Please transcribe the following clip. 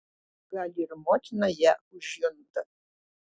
gal ir motina ją užjunta